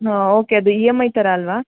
ಹಾಂ ಓಕೆ ಅದು E M I ಥರ ಅಲ್ವಾ